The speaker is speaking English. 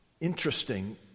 interesting